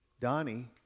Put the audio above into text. Donnie